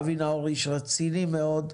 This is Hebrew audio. אבי נאור הוא איש רציני מאוד.